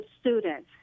students